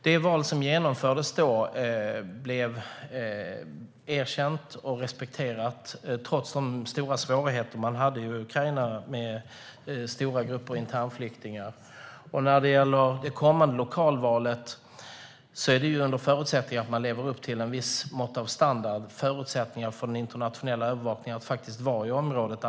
Det val som genomfördes blev erkänt och respekterat trots de stora svårigheter man hade i Ukraina med stora grupper internflyktingar. När det gäller det kommande lokalvalet kommer det att ske under förutsättning att man lever upp till en viss standard som ger förutsättningar för den internationella övervakningen att vara i området.